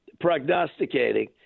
prognosticating